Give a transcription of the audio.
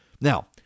Now